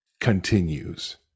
continues